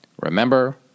remember